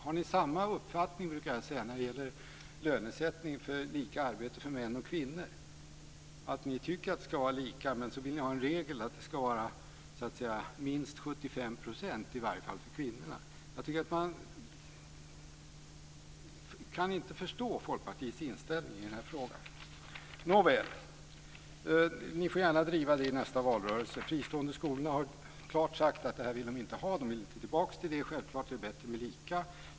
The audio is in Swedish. Har ni samma uppfattning, brukar jag säga, när det gäller lönesättning för lika arbete för män och kvinnor - dvs. att ni tycker att det ska vara lika men ändå vill ha en regel att det ska vara minst 75 %, i varje fall för kvinnorna? Det går inte att förstå Folkpartiets inställning i den frågan. Nåväl, ni får gärna driva detta i nästa valrörelse. Från de fristående skolorna har det klart sagts att de inte vill ha det här; de vill inte tillbaka till det. Självklart är det bättre att det är lika, menar man.